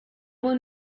one